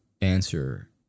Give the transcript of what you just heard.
answer